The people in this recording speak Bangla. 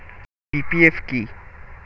পি.পি.এফ কি?